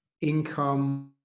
income